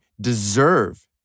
deserve